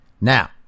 Now